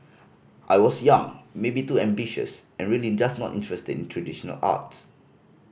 I was young maybe too ambitious and really just not interested in traditional arts